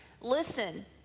Listen